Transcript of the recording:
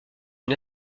une